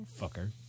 fucker